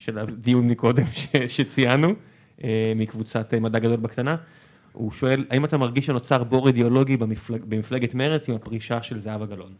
של הדיון מקודם שציינו מקבוצת מדע גדול בקטנה, הוא שואל האם אתה מרגיש שנוצר בור אידיאולוגי במפלגת מרצ עם הפרישה של זהבה גלאון?